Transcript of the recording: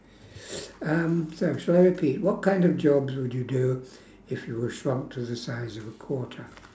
um so shall I repeat what kind of jobs would you do if you were shrunk to the size of a quarter